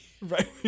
Right